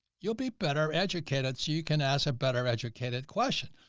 you'll be better educated. so you can ask a better educated question.